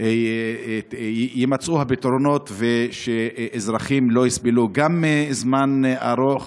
יימצאו הפתרונות ואזרחים לא יסבלו, גם מזמן ארוך